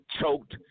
choked